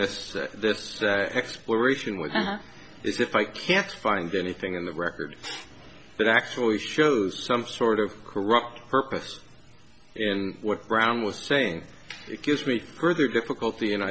suing this this exploration with this if i can't find anything in the record that actually shows some sort of corrupt purpose and what brown was saying it gives me further difficulty in